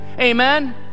Amen